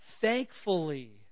thankfully